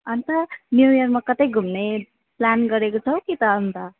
अन्त न्यु इयरमा कतै घुम्ने प्लान गरेको छौ के त अन्त